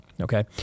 okay